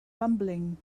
rumbling